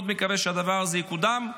אני מאוד מקווה שהדבר הזה יקודם,